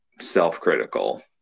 self-critical